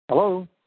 Hello